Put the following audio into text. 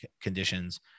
conditions